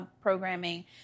programming